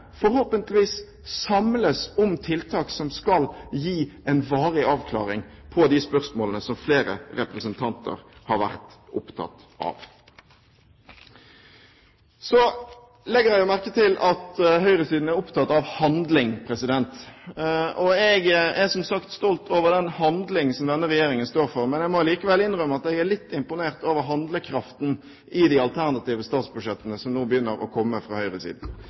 samles om tiltak som skal gi en varig avklaring på de spørsmålene som flere representanter har vært opptatt av. Så legger jeg jo merke til at høyresiden er opptatt av handling. Jeg er som sagt stolt over den handling som denne regjeringen står for, men jeg må allikevel innrømme at jeg er litt imponert over handlekraften i de alternative statsbudsjettene som nå begynner å komme fra